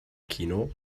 kino